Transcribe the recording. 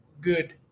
good